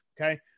Okay